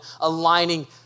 aligning